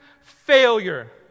failure